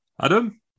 Adam